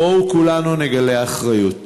בואו כולנו נגלה אחריות.